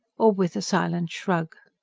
or with a silent shrug.